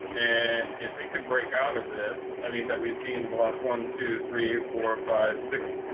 and if it can break out of this, i mean, that we've seen in the last one, two, three, four, five, six,